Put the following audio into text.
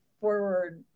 forward